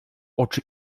oczy